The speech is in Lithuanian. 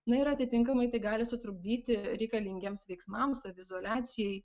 na ir atitinkamai tai gali sutrukdyti reikalingiems veiksmams saviizoliacijai